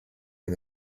and